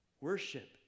Worship